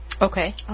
Okay